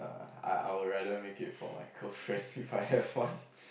I I will rather make it for my girlfriend If I have one